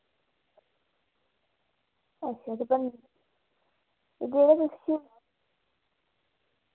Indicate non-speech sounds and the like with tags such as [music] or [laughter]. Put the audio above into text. अच्छा ते [unintelligible]